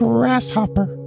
Grasshopper